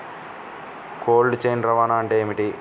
Cold chain రవాణా అంటే ఏమిటీ?